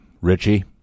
Richie